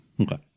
Okay